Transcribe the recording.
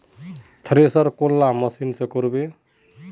Thresher कौन machine से करबे?